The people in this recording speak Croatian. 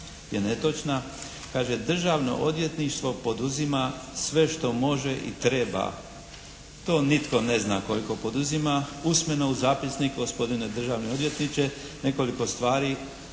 je netočna. Kaže Državno odvjetništvo poduzima sve što može i treba. To nitko ne zna koliko poduzima, usmeno u zapisnik gospodina državni odvjetniče nekoliko stvari